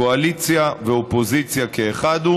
קואליציה ואופוזיציה כאחד,